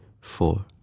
four